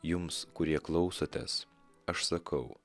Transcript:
jums kurie klausotės aš sakau